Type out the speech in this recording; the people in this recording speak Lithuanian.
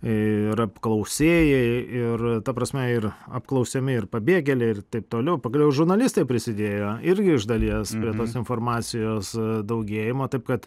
ir apklausėjai ir ta prasme ir apklausiami ir pabėgėliai ir taip pat pagaliau žurnalistai prisidėjo irgi iš dalies prie tos informacijos daugėjimo taip kad